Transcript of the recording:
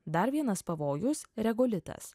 dar vienas pavojus regolitas